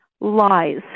lies